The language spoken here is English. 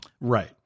Right